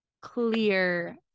clear